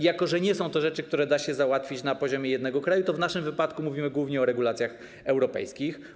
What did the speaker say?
Jako że nie są to rzeczy, które da się załatwić na poziomie jednego kraju, to w naszym wypadku mówimy głównie o regulacjach europejskich.